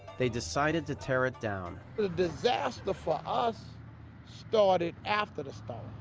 they decided to tear it down. but the disaster for us started after the storm.